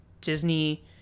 Disney